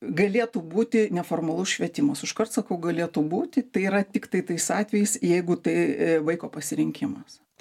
galėtų būti neformalus švietimas užkart sakau galėtų būti tai yra tiktai tais atvejais jeigu tai vaiko pasirinkimas